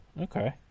Okay